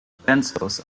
pencils